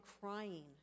crying